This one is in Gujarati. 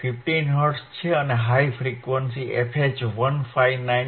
15 હર્ટ્ઝ છે અને હાઇ ફ્રીક્વન્સી fH 1